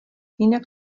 jinak